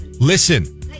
Listen